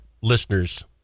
listeners